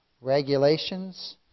regulations